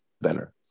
better